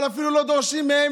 אבל אפילו לא דורשים מהם,